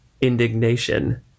indignation